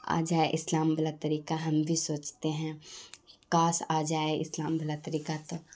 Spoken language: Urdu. آ جائے اسلام والا طریقہ ہم بھی سوچتے ہیں کاش آ جائے اسلام والا طریقہ تو